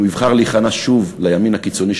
ואם הוא יבחר להיכנע שוב לימין הקיצוני,